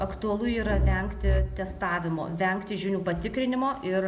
aktualu yra vengti testavimo vengti žinių patikrinimo ir